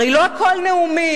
הרי לא הכול נאומים,